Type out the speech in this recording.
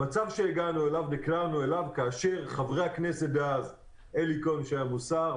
המצב שנקלענו אליו חברי הכנסת איציק שמולי